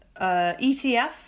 ETF